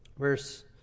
Verse